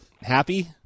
happy